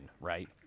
right